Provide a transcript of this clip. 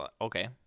Okay